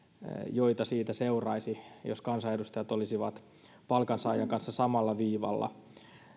joita siitä seuraisi jos kansanedustajat olisivat palkansaajan kanssa samalla viivalla